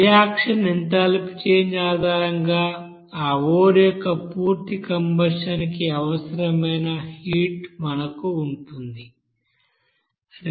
reaction enthalpy change ఆధారంగా ఆ ore యొక్క పూర్తి కంబషణ్ కి అవసరమైన హీట్ మనకు ఉంటుంది